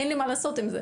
אין לנו מה לעשות עם זה.